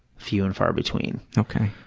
few and far between. okay.